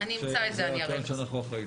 שזאת הקרן שאנחנו אחראים עליה?